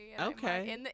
Okay